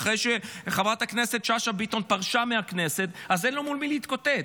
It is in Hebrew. אחרי שחברת הכנסת שאשא ביטון פרשה מהכנסת אז אין לו מול מי להתקוטט.